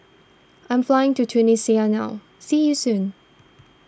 I am flying to Tunisia now see you soon